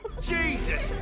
Jesus